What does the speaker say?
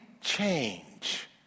change